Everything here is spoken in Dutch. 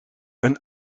een